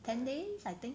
ten days I think